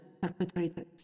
perpetrators